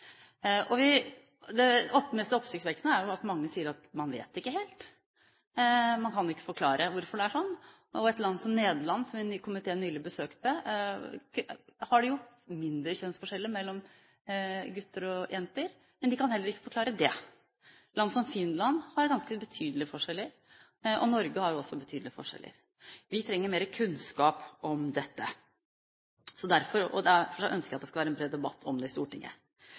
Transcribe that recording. oppsiktsvekkende er at mange sier at man vet ikke helt. Man kan ikke forklare hvorfor det er slik. I et land som Nederland, som komiteen nylig besøkte, har de mindre kjønnsforskjeller mellom gutter og jenter, men de kan heller ikke forklare det. Land som Finland har ganske betydelige forskjeller, og Norge har også betydelige forskjeller. Vi trenger mer kunnskap om dette, og derfor ønsker jeg at det skal være en bred debatt om det i Stortinget.